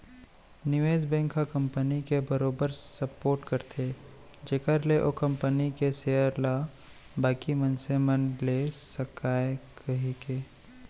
निवेस बेंक ह कंपनी के बरोबर सपोट करथे जेखर ले ओ कंपनी के सेयर ल बाकी मनसे मन ले सकय कहिके